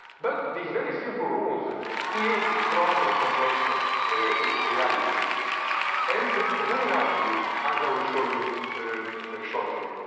but these very simple rules create extraordinarily complex ah reality and very rapidly, as i will show you and shortly.